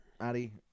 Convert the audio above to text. Addy